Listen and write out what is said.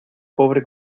pobre